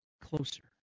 Closer